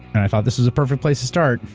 and i thought this was the perfect place to start,